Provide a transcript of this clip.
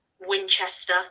Winchester